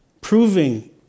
proving